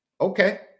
okay